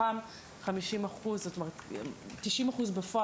90% בפועל,